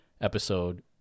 episode